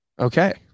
okay